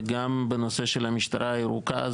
וגם בנושא של המשטרה הירוקה,